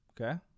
Okay